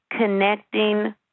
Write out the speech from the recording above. connecting